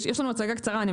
יש לנו הצגה קצרה.